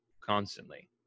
constantly